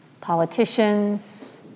politicians